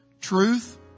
Truth